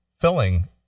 filling